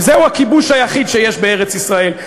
וזהו הכיבוש היחיד שיש בארץ-ישראל,